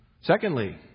Secondly